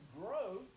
growth